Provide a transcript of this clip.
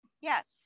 Yes